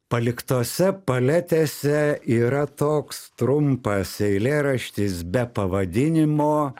paliktose paletėse yra toks trumpas eilėraštis be pavadinimo